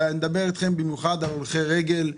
ואני מדבר אתכם במיוחד על הולכי רגל שנפגעים,